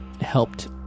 helped